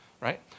right